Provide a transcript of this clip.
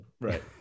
Right